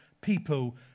people